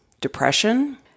depression